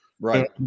right